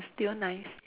still nice